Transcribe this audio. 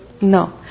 No